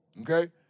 Okay